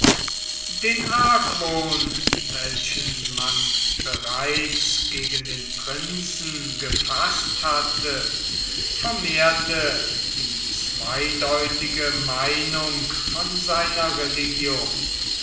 den argwohn welchen man bereits gegen den prinzen gefaßt hatte vermehrte die zweideutige meinung von seiner religion